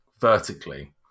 vertically